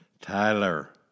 Tyler